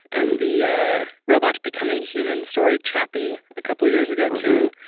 and the yeah robot becoming human story, chappie a couple years ago too.